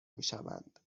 میشوند